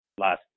last